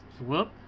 Whoop